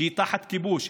שהיא תחת כיבוש,